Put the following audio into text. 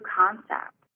concept